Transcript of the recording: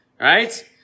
right